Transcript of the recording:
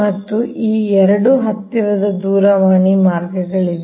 ಮತ್ತು ಈ ಎರಡು ಹತ್ತಿರದ ದೂರವಾಣಿ ಮಾರ್ಗಗಳಾಗಿವೆ